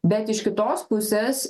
bet iš kitos pusės